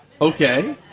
Okay